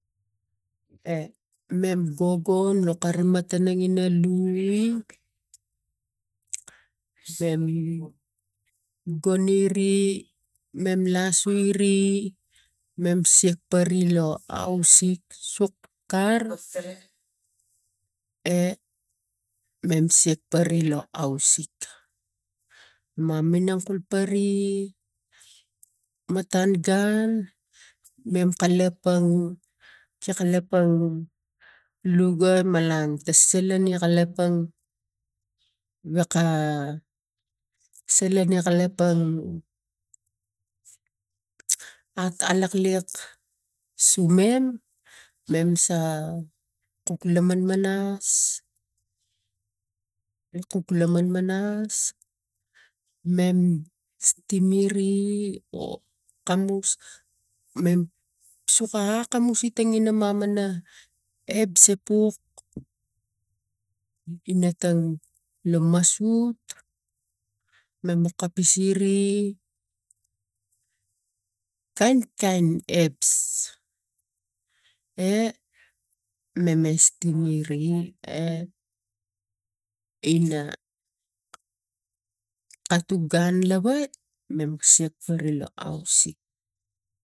E mem go go lo karine matana lui mem goniri mem lasuri mem sik pari lo ausik su kar e man sikpari lo ausik maminang kul pari tan gun mem kalapang luga malang tan salan ia kalapang wiaka salan wia kalapang alak liak sumem mem sa la manmaras mem stimire kamus mem suka akamus ina mamana hep supup ina tang lo masut mama kapisiri kain kain heps e mema simiri ina katu gun lava mam siak pari lo ausik